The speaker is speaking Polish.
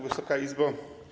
Wysoka Izbo!